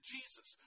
Jesus